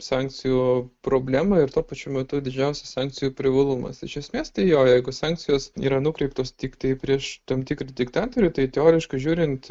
sankcijų problema ir tuo pačiu metu didžiausias sankcijų privalumas iš esmės tai jo jeigu sankcijos yra nukreiptos tiktai prieš tam tikrą diktatorių tai teoriškai žiūrint